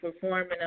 performing